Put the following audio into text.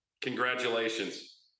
congratulations